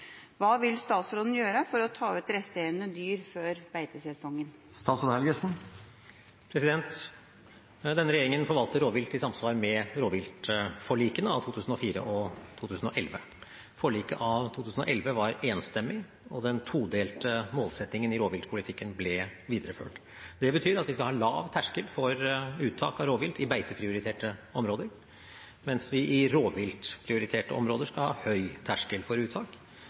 Hva vil statsråden gjøre for å ta ut resterende dyr før beitesesongen?» Denne regjeringen forvalter rovvilt i samsvar med rovviltforlikene av 2004 og 2011. Forliket av 2011 var enstemmig, og den todelte målsettingen i rovviltpolitikken ble videreført. Det betyr at vi skal ha lav terskel for uttak av rovvilt i beiteprioriterte områder, mens vi i rovviltprioriterte områder skal ha høy terskel for uttak,